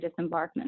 disembarkment